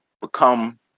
become